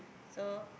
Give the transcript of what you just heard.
so